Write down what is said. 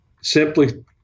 simply